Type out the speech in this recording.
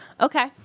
Okay